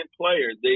players